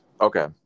Okay